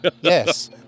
yes